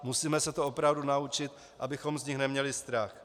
Musíme se to opravdu naučit, abychom z nich neměli strach.